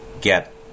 get